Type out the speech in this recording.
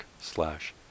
slash